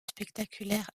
spectaculaire